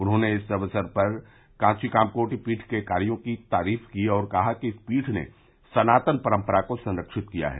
उन्होंने इस अवसर पर कांची कामकोटि पीठ के कार्यो की तरीफ की और कहा कि इस पीठ ने सनातन परम्परा को संरक्षित किया है